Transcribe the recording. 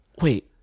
wait